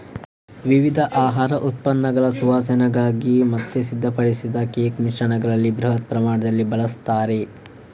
ವಿವಿಧ ಆಹಾರ ಉತ್ಪನ್ನಗಳ ಸುವಾಸನೆಗಾಗಿ ಮತ್ತೆ ಸಿದ್ಧಪಡಿಸಿದ ಕೇಕ್ ಮಿಶ್ರಣಗಳಲ್ಲಿ ಬೃಹತ್ ಪ್ರಮಾಣದಲ್ಲಿ ಬಳಸ್ತಾರೆ